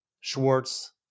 Schwartz